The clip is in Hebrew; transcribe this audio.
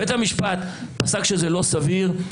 בית המשפט פסק שזה לא סביר,